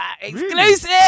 Exclusive